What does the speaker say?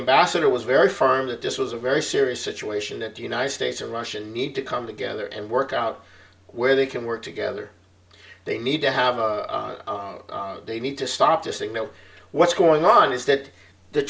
ambassador was very firm that this was a very serious situation that the united states and russia need to come together and work out where they can work together they need to have a they need to stop to signal what's going on is that the